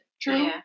true